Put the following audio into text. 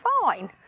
fine